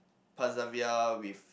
persevere with